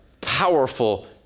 powerful